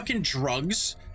drugs